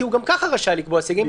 כי גם ככה הוא רשאי לקבוע סייגים,